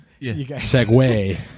Segue